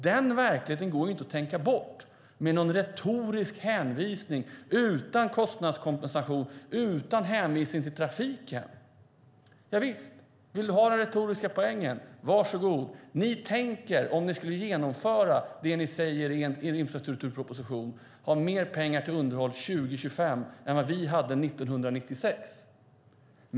Den verkligheten går inte att tänka bort med någon retorisk hänvisning utan kostnadskompensation och utan hänsyn till trafiken. Om statsrådet vill ha den retoriska poängen - javisst, var så god! Om ni skulle genomföra det ni säger i infrastrukturpropositionen tänker ni ha mer pengar till underhåll 2025 än vad vi hade 1996.